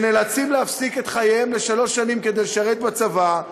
שנאלצים להפסיק את חייהם לשלוש שנים כדי לשרת בצבא,